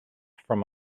from